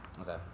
Okay